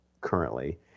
currently